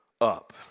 up